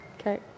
Okay